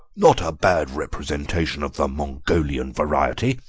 not a bad representation of the mongolian variety,